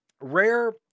Rare